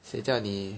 谁叫你